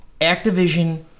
Activision